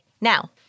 now